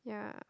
yeah